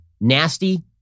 nasty